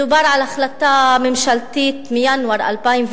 מדובר על החלטה ממשלתית מינואר 2008